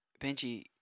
Benji